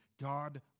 God